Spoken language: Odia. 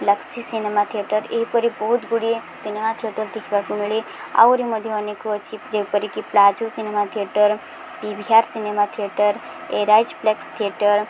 ଲକ୍ସି ସିନେମା ଥିଏଟର୍ ଏହିପରି ବହୁତ ଗୁଡ଼ିଏ ସିନେମା ଥିଏଟର୍ ଦେଖିବାକୁ ମିଳେ ଆହୁରି ମଧ୍ୟ ଅନେକ ଅଛି ଯେପରିକି plaza cinema theatre P V R cinema theatre ଏରାଇଜପ୍ଲେକ୍ସ ଥିଏଟର୍